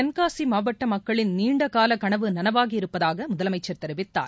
தென்காசிமாவட்டமக்களின் நீண்டகாலகனவு நனவாகியிருப்பதாகமுதலமைச்சர் தெரிவித்தார்